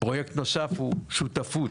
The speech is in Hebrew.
פרויקט נוסף הוא שותפות.